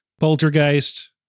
Poltergeist